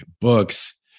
books